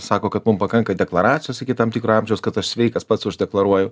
sako kad mum pakanka deklaracijos iki tam tikro amžiaus kad aš sveikas pats uždeklaruoju